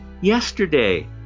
yesterday